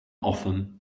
often